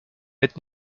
être